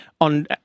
on